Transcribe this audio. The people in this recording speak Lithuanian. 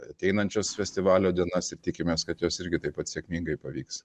ateinančias festivalio dienas ir tikimės kad jos irgi taip pat sėkmingai pavyks